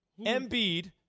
Embiid